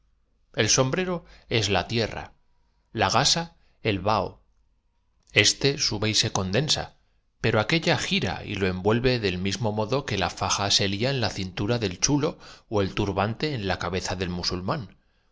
el sombrero es la tierra la gasa el vaho éste sube y se condensa pero aquella gira y lo envuelve del mismo modo que la faja se lía en la cintura del chulo ó el turbante en la cabeza del musulmán